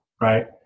right